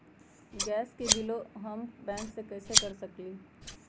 Gas के बिलों हम बैंक से कैसे कर सकली?